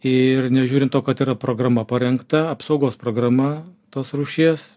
ir nežiūrint to kad yra programa parengta apsaugos programa tos rūšies